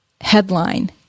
headline